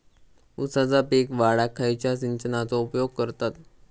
ऊसाचा पीक वाढाक खयच्या सिंचनाचो उपयोग करतत?